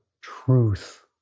truth